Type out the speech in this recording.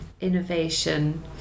innovation